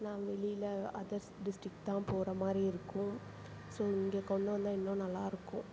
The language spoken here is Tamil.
நான் வெளியில் அதர்ஸ் டிஸ்டிக்ட் தான் போகிற மாதிரி இருக்கும் ஸோ இங்கே கொண்டு வந்தால் இன்னும் நல்லாயிருக்கும்